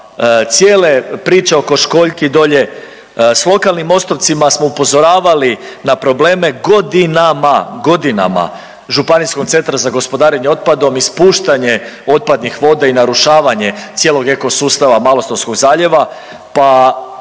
cijele priče oko školjki dolje, s lokalnim mostovcima smo upozoravali na probleme godinama, godinama, županijskog centra za gospodarenje otpadom, ispuštanje otpadnih voda i narušavanje cijelog ekosustava Malostonskog zaljeva pa,